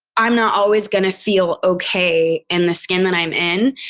i'm not always going to feel okay in the skin that i'm in.